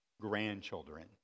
grandchildren